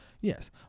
yes